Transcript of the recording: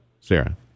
Sarah